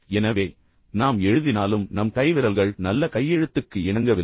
எனவே நாம் எழுதினாலும் நம் கை விரல்கள் நல்ல கையெழுத்துக்கு இணங்கவில்லை